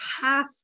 half